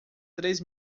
três